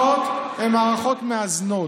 והמערכות הן מערכות מאזנות,